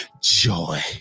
joy